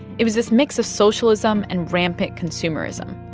it was this mix of socialism and rampant consumerism.